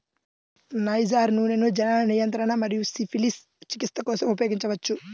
niger నూనెను జనన నియంత్రణ మరియు సిఫిలిస్ చికిత్స కోసం ఉపయోగించవచ్చు